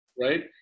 Right